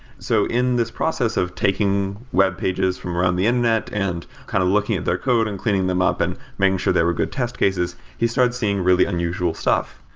so in this process of taking webpages from around the internet and kinda kind of looking at their code and cleaning them up and making sure there were good test cases, he started seeing really unusual stuff.